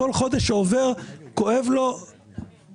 ובכל חודש שעובר לרוכש כואב מאוד.